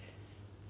yup